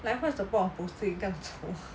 like what's the point of posting 这样丑